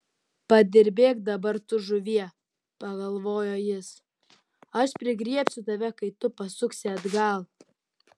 padirbėk dabar tu žuvie pagalvojo jis aš prigriebsiu tave kai tu pasuksi atgal